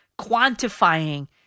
quantifying